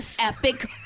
epic –